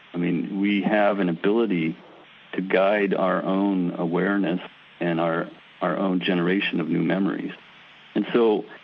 i mean we have an ability to guide our own awareness and our our own generation of new memories and so,